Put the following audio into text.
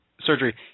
surgery